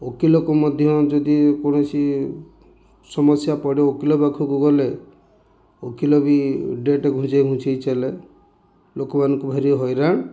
ଓକିଲକୁ ମଧ୍ୟ ଯଦି କୌଣସି ସମସ୍ୟା ପଡ଼େ ଓକିଲ ପାଖକୁ ଗଲେ ଓକିଲ ବି ଡେଟ ଘୁଞ୍ଚେଇ ଘୁଞ୍ଚେଇ ଚାଲେ ଲୋକମାନଙ୍କୁ ଭାରି ହଇରାଣ